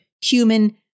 human